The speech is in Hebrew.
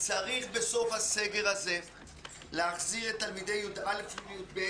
צריך בסוף הסגר הזה להחזיר את תלמידי י"א ו-י"ב